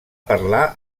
parlar